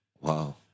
Wow